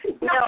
no